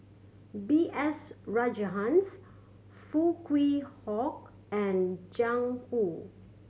B S Rajhans Foo Kwee and Jiang Hu